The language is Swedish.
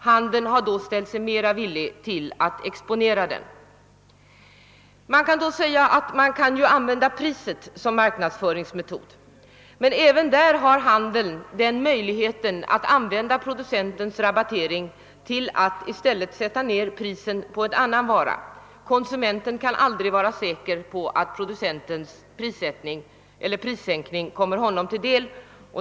Handeln har då ställt sig mer villig att exponera den. Givetvis kan priset användas som marknadsföringsmetod. Där har handeln dock möjlighet att använda producentrabatteringen för prisnedsättning på annan vara. Konsumenten kan aldrig vara säker på att producentens prissänkning kommer honom till del.